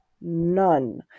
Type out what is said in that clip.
none